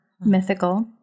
mythical